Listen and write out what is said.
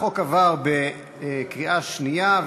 החוק עבר בקריאה שנייה.